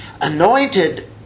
anointed